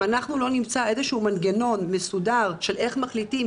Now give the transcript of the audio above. אם לא נמצא איזשהו מנגנון מסודר איך מחליטים,